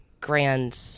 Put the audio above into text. grand